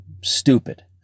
stupid